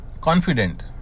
confident